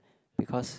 because